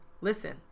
Listen